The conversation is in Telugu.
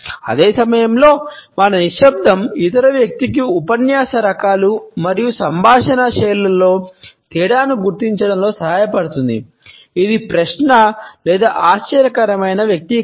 అదే సమయంలో మన నిశ్శబ్దం ఇతర వ్యక్తికి ఉపన్యాస రకాలు మరియు సంభాషణ శైలులలో తేడాను గుర్తించడంలో సహాయపడుతుంది ఇది ప్రశ్న లేదా ఆశ్చర్యకరమైన వ్యక్తీకరణ